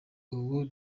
ubu